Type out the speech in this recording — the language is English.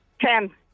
Ten